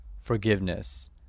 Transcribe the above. forgiveness